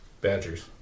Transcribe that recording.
badgers